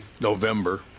November